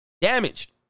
Damaged